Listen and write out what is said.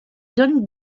donne